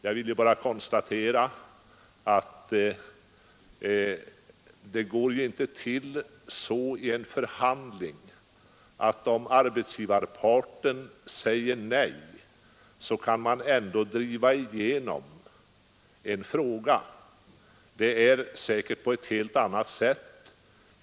Jag vill nu bara konstatera att det inte går till så i en förhandling, att om arbetsgivarparten säger nej, kan man ändå driva igenom en fråga — det förhåller sig säkert på ett helt annat sätt.